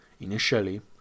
initially